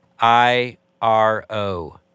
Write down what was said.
I-R-O